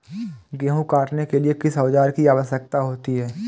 गेहूँ काटने के लिए किस औजार की आवश्यकता होती है?